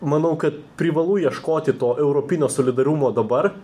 manau kad privalu ieškoti to europinio solidarumo dabar